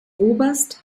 oberst